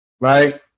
Right